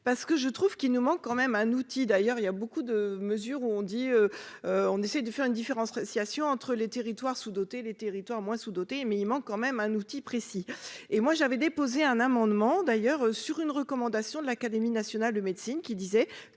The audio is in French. parce que je trouve qu'il nous manque quand même un outil d'ailleurs, il y a beaucoup de mesures où on dit on essaye de faire une différenciation entre les territoires sous-dotés les territoires moins sous-dotées, mais il manque quand même un outil précis et moi j'avais déposé un amendement d'ailleurs sur une recommandation de l'Académie nationale de médecine qui disait